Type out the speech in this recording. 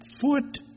foot